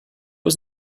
was